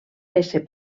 ésser